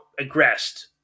aggressed